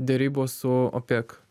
derybos su opek